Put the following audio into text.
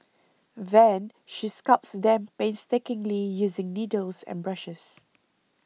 then she sculpts them painstakingly using needles and brushes